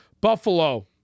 Buffalo